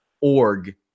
Org